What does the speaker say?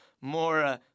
more